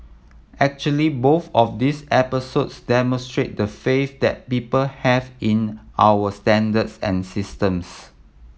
actually both of these episodes demonstrate the faith that people have in our standards and systems